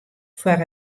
foar